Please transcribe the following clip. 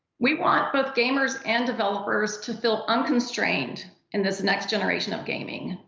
we want both gamers and developers to feel unconstrained in this next generation of gaming.